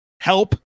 help